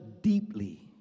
deeply